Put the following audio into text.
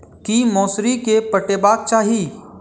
की मौसरी केँ पटेबाक चाहि?